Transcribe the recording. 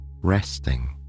resting